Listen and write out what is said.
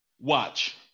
Watch